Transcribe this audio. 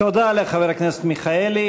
תודה לחבר הכנסת מיכאלי.